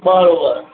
બરાબર